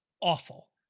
awful